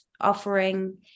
offering